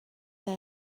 they